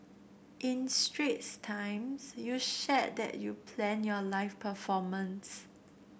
in Straits Times you shared that you planned your live performance